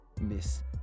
Miss